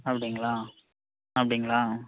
அப்படிங்களா அப்படிங்களா